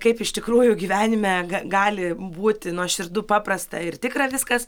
kaip iš tikrųjų gyvenime ga gali būti nuoširdu paprasta ir tikra viskas